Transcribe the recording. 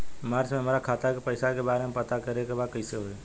मार्च में हमरा खाता के पैसा के बारे में पता करे के बा कइसे होई?